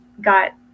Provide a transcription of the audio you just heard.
got